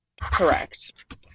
Correct